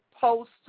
post